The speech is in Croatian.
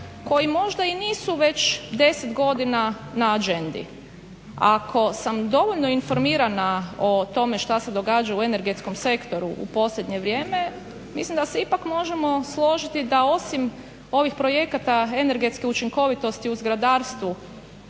koji možda i nisu već 10 godina na agendi. Ako sam dovoljno informirana o tome što se događa u energetskom sektoru u posljednje vrijeme mislim da se ipak možemo složiti da osim ovih projekata energetske učinkovitosti u zgradarstvu